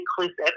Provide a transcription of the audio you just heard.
inclusive